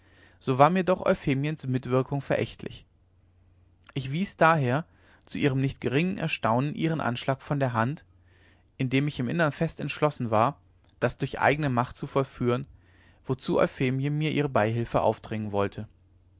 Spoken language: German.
so war mir doch euphemiens mitwirkung verächtlich ich wies daher zu ihrem nicht geringen erstaunen ihren anschlag von der hand indem ich im innern fest entschlossen war das durch eigne macht zu vollführen wozu euphemie mir ihre beihilfe aufdringen wollte